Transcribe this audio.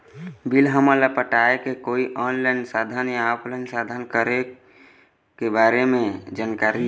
Bill हमन ला पटाए के कोई ऑनलाइन साधन या ऑफलाइन साधन के बारे मे जानकारी?